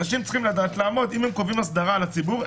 אנשים צריכים לדעת אם הם קובעים אסדרה על הציבור,